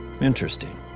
Interesting